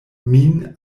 min